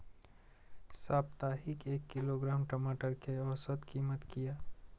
साप्ताहिक एक किलोग्राम टमाटर कै औसत कीमत किए?